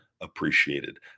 appreciated